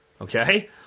Okay